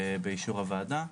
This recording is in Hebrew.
באישור הוועדה.